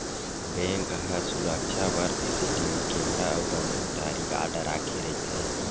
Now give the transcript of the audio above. bank ह सुरक्छा बर सीसीटीवी केमरा अउ बंदूकधारी गार्ड राखे रहिथे